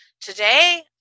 Today